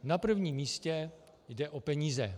Na prvním místě jde o peníze.